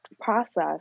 process